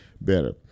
better